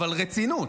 אבל, רצינות.